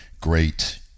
great